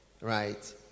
right